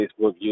Facebook